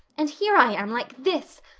and here i am like this.